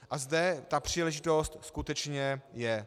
A zde ta příležitost skutečně je.